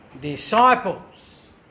disciples